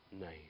name